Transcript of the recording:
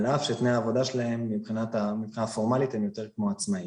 על אף שתנאי העבודה שלהם מבחינה פורמלית הם יותר כמו עצמאיים.